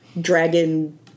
dragon